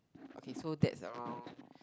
okay so that's around